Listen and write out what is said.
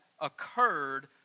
occurred